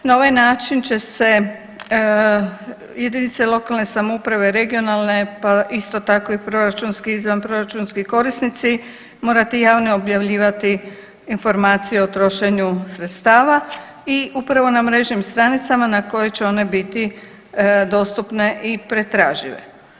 Na ovaj način će se jedinice lokalne samouprave, regionalne pa isto tako i proračunski i izvanproračunski korisnici morate javno objavljivati informacije o trošenju sredstava i upravo na mrežnim stranicama na koje će one biti dostupne i pretražive.